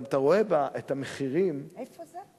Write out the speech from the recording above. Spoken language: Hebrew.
אתה גם רואה את המחירים, איפה זה?